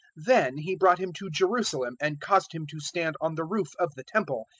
then he brought him to jerusalem and caused him to stand on the roof of the temple,